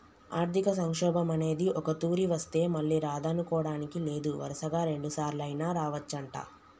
ఆర్థిక సంక్షోభం అనేది ఒక్కతూరి వస్తే మళ్ళీ రాదనుకోడానికి లేదు వరుసగా రెండుసార్లైనా రావచ్చంట